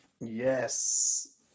Yes